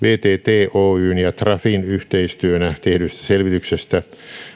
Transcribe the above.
vtt oyn ja trafin yhteistyönä tehdystä selvityksestä